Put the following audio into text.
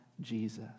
Jesus